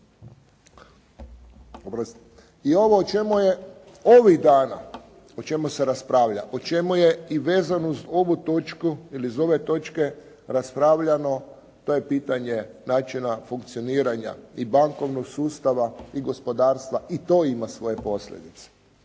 I ovo o čemu je ovih dana, o čemu se raspravlja, o čemu je vezano uz ovu točku ili iz ove točke raspravljano to je pitanje načina funkcioniranja i bankovnog sustava i gospodarstva i to ima svoje posljedice.